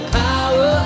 power